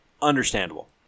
understandable